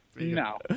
No